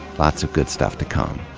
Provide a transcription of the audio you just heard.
lots of good stuff to come.